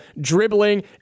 dribbling